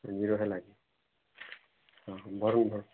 zero ହେଲା କି ହଁ ଭରୁନ୍ ଭର୍